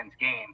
game